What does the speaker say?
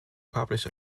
publish